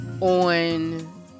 on